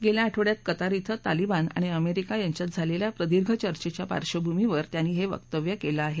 गेल्या आठवड्यात कतार इथं तालिबान आणि अमेरिका यांच्यात झालेल्या प्रदीर्घ चर्चेच्या पार्श्वभूमीवर त्यांनी हे वक्तव्य केलं आहे